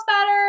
better